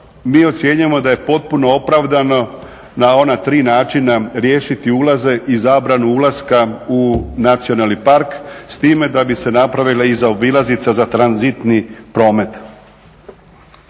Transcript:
mi ocjenjujemo da je potpuno opravdano riješiti ulaze i zabranu ulaska u nacionalni park s time da bi se napravila i zaobilaznica za tranzitni promet.